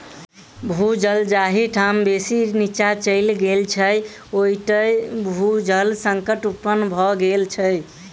भू जल जाहि ठाम बेसी नीचाँ चलि गेल छै, ओतय भू जल संकट उत्पन्न भ गेल छै